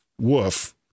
woof